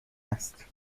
است